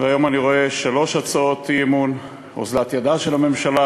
והיום אני רואה שלוש הצעות אי-אמון: אוזלת ידה של הממשלה